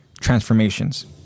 transformations